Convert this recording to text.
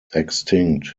extinct